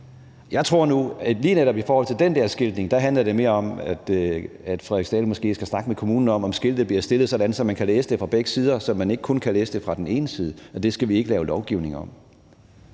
Jeg tror nu, at lige netop i forhold til den der skiltning handler det mere om, at Frederiksdal Kirsebærvin måske skal snakke med kommunen om, at skiltet bliver stillet sådan, at man kan læse det fra begge sider og ikke kun fra den ene side. Men det skal vi ikke lave lovgivning om.